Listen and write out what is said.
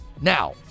Now